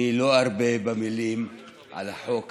אני לא ארבה במילים על החוק המוצע.